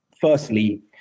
firstly